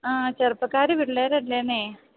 ആ ചെറുപ്പക്കാരു പിള്ളേരല്ലേന്നെ